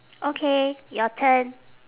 okay your turn